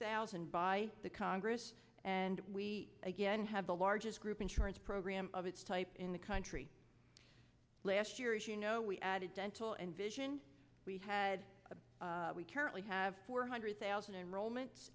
thousand by the congress and we again have the largest group insurance program of its type in the country last year as you know we added dental and vision we had we currently have four hundred thousand enrollment